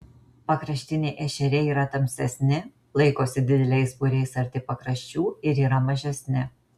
pakraštiniai ešeriai yra tamsesni laikosi dideliais būriais arti pakraščių ir yra mažesni